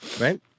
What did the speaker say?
right